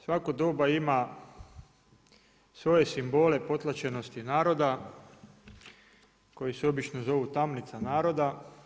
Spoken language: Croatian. Svako doba ima svoje simbole potlačenosti naroda, koji se obično zovu tamnica naroda.